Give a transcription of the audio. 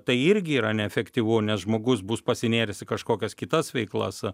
tai irgi yra neefektyvu nes žmogus bus pasinėręs į kažkokias kitas veiklas